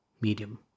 medium